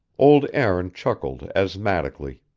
old aaron chuckled asthmatically.